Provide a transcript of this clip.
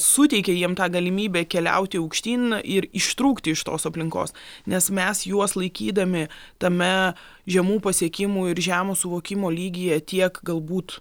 suteikė jiem tą galimybę keliauti aukštyn ir ištrūkti iš tos aplinkos nes mes juos laikydami tame žemų pasiekimų ir žemo suvokimo lygyje tiek galbūt